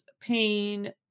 pain